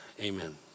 Amen